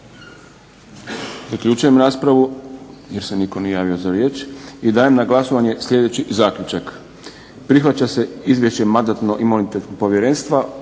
Zaključujem raspravu, jer se nitko nije javio za riječ, i dajem na glasovanje sljedeći zaključak: prihvaća se Izvješće Mandatno-imunitetnog povjerenstva